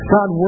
God